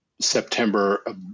september